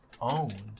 owned